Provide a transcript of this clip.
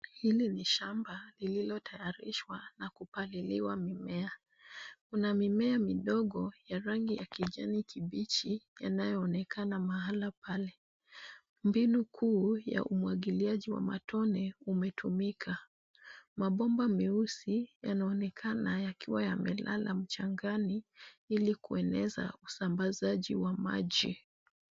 Hili ni shamba lililotayarishwa na kupaliliwa mimea. Kuna mimea midogo ya rangi ya kijani kibichi yanayoonekana mahali pale. Mbinu kuu ya umwagiliaji wa matone umetumika .Mabomba meusi yanaonekana yakiwa yamelala mchangani ili kueneza usambazaji wa maji.